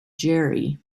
jerry